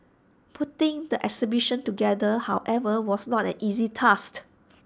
putting the exhibition together however was not an easy task